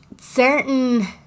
Certain